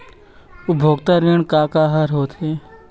उपभोक्ता ऋण का का हर होथे?